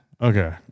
Okay